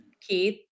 Keith